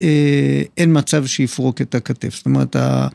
אין מצב שיפרוק את הכתף זאת אומרת. ה...